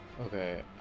Okay